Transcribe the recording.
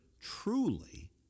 truly